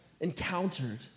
encountered